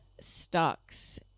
stocks